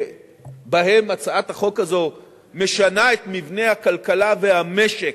שבהם הצעת החוק הזאת משנה את מבנה הכלכלה והמשק,